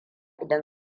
idan